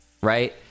Right